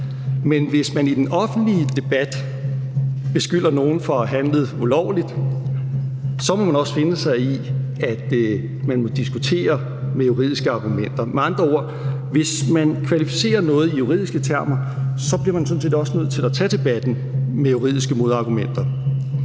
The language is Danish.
men hvis man i den offentlige debat beskylder nogen for at have handlet ulovligt, så må man også finde sig i, at man må diskutere med juridiske argumenter. Med andre ord: Hvis man kvalificerer noget i juridiske termer, bliver man sådan set også nødt til at tage debatten med juridiske modargumenter.